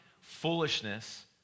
foolishness